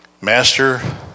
Master